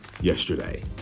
yesterday